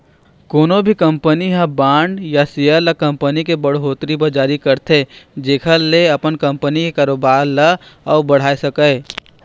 कोनो भी कंपनी ह बांड या सेयर ल कंपनी के बड़होत्तरी बर जारी करथे जेखर ले अपन कंपनी के कारोबार ल अउ बढ़ाय सकय